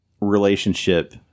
relationship